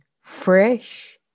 fresh